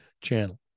channel